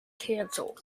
cancelled